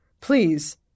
Please